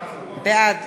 בעד